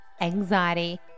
anxiety